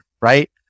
right